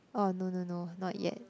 oh no no no not yet